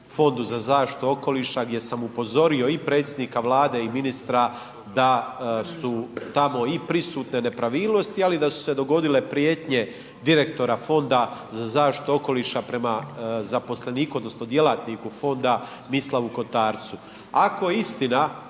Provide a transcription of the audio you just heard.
Fondu za zaštitu okoliša, gdje sam upozorio i predsjednika Vlade i ministra da su tamo i prisutne nepravilnosti, ali i da su se dogodile prijetnje direktora Fonda za zaštitu okoliša prema zaposleniku odnosno djelatniku fonda Mislavu Kotarcu. Ako je istina